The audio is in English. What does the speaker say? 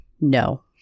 No